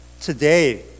today